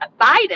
Biden